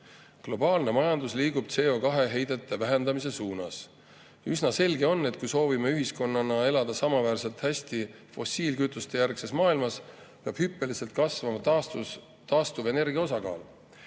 Globaalne majandus liigub CO2heidete vähendamise suunas. Üsna selge on, et kui soovime ühiskonnana elada samaväärselt hästi fossiilkütuste järgses maailmas, peab hüppeliselt kasvama taastuvenergia osakaal.